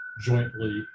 jointly